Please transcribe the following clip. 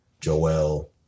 Joel